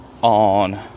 On